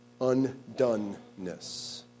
undoneness